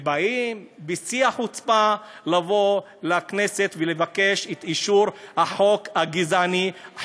ובאים בשיא החוצפה לכנסת לבקש את אישור החוק הגזעני,